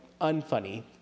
unfunny